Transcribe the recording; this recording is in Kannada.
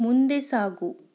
ಮುಂದೆ ಸಾಗು